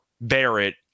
Barrett